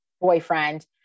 boyfriend